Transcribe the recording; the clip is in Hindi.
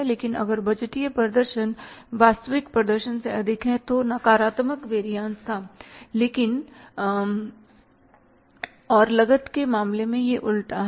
लेकिन अगर बजटीय प्रदर्शन वास्तविक प्रदर्शन से अधिक है तो नकारात्मक वेरियसथा और लागत के मामले में यह उल्टा है